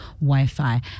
Wi-Fi